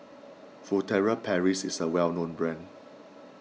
Furtere Paris is a well known brand